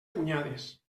punyades